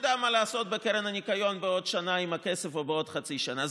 נדע מה לעשות עם הכסף בקרן הניקיון בעוד שנה או בעוד חצי שנה.